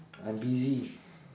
I'm busy